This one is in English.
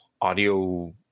audio